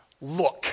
Look